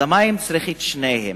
המים צריכים את שניהם.